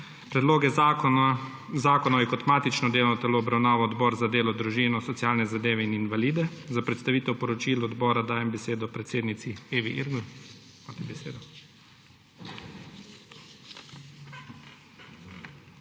Predloge zakonov je kot matično delovno telo obravnaval Odbor za delo, družino, socialne zadeve in invalide. Za predstavitev poročil odbora dajem besedo predsednici Evi Igrl.